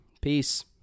Peace